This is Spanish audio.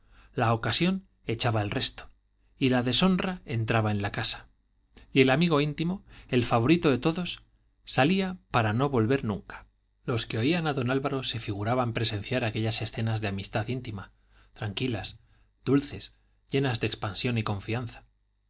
la ocasión echaba el resto y la deshonra entraba en la casa y el amigo íntimo el favorito de todos salía para no volver nunca los que oían a don álvaro se figuraban presenciar aquellas escenas de amistad íntima tranquilas dulces llenas de expansión y confianza